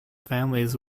families